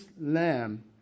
lamb